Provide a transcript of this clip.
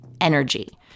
energy